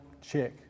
check